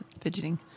Fidgeting